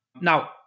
Now